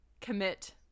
commit